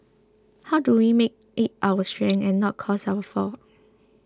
how do we make it our strength and not cause our fall